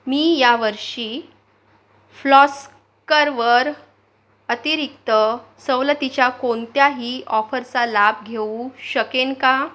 मी या वर्षी फ्लॉस्करवर अतिरिक्त सवलतीच्या कोणत्याही ऑफरचा लाभ घेऊ शकेन का